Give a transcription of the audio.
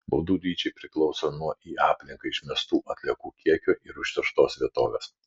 baudų dydžiai priklauso nuo į aplinką išmestų atliekų kiekių ir užterštos vietovės